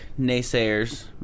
naysayers